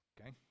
Okay